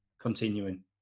continuing